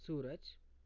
Suraj